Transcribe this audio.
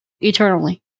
eternally